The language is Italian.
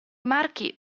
marchi